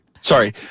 Sorry